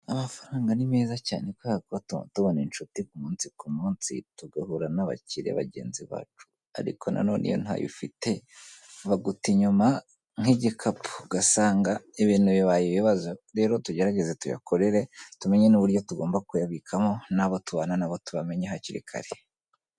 Amafaranga ni meza cyane kubera ko atuma tubona inshuti umunsi ku munsi tugahura n'abakire bagenzi bacu. Ariko nanone iyo ntayo ufite baguta inyuma nk'igikapu, ugasanga ibintu bibaye ibibazo, rero tugerageze tuyakorere tumenye n'uburyo tugomba kuyabikamo nabo tubana na bo tubamenye hakiri kare.